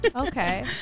okay